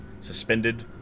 suspended